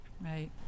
Right